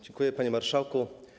Dziękuję, panie marszałku.